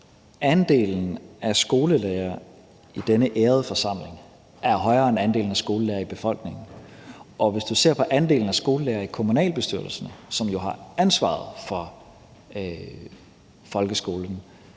andelen af skolelærere i denne ærede forsamling er højere end andelen af skolelærere i befolkningen. Og hvis du ser på andelen af skolelærere i kommunalbestyrelserne, som jo har ansvaret for folkeskolen,